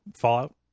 Fallout